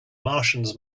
martians